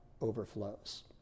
overflows